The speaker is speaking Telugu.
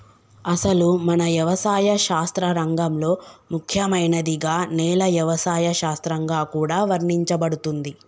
అసలు మన యవసాయ శాస్త్ర రంగంలో ముఖ్యమైనదిగా నేల యవసాయ శాస్త్రంగా కూడా వర్ణించబడుతుంది